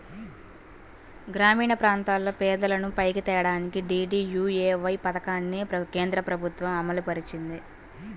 గ్రామీణప్రాంతాల్లో పేదలను పైకి తేడానికి డీడీయూఏవై పథకాన్ని కేంద్రప్రభుత్వం అమలుపరిచింది